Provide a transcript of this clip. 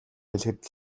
хэлэхэд